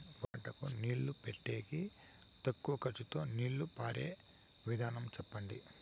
వరి పంటకు నీళ్లు పెట్టేకి తక్కువ ఖర్చుతో నీళ్లు పారే విధం చెప్పండి?